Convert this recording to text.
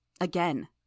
Again